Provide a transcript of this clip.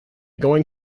going